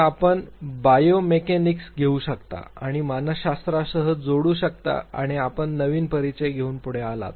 तर आपण बायोमेकेनिक्स घेऊ शकता आणि मानसशास्त्रासह जोडू शकता आणि आपण नवीन परिचय घेऊन पुढे आलात